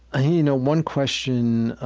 ah you know, one question